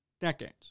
decades